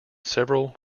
several